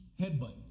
Headbutt